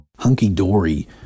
Hunky-dory